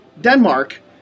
Denmark